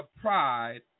pride